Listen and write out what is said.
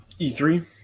E3